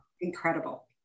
incredible